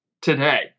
today